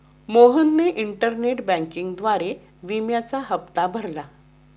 मोहनने इंटरनेट बँकिंगद्वारे विम्याचा हप्ता भरला